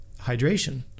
hydration